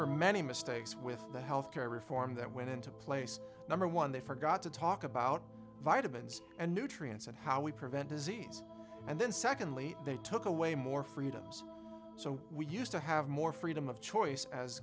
mess many mistakes with the health care reform that went into place number one they forgot to talk about vitamins and nutrients and how we prevent disease and then secondly they took away more freedoms so we used to have more freedom of choice as